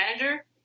manager